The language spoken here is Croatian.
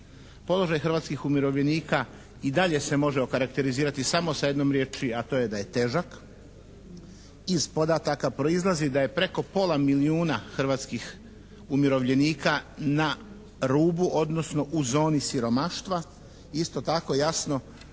Položaj hrvatskih umirovljenika i dalje se može okarakterizirati samo sa jednom riječi, a to je da je težak. Iz podataka proizlazi da je preko pola milijuna hrvatskih umirovljenika na rubu, odnosno u zoni siromaštva. Isto tako jasno